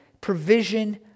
provision